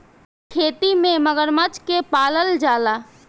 इ खेती में मगरमच्छ के पालल जाला